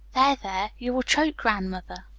there, there, you will choke grandmother.